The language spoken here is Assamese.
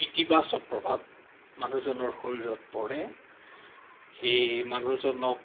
ইতিবাচক প্ৰভাৱ মানুহজনৰ শৰীৰত পৰে সেয়ে মানুহজনক